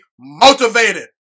motivated